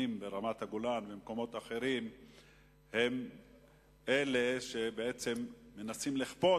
ברמת-הגולן ובמקומות אחרים הם אלה שבעצם מנסים לכפות